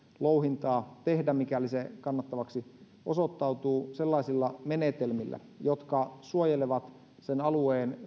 louhintaa tehdä mikäli se kannattavaksi osoittautuu sellaisilla menetelmillä jotka suojelevat sen alueen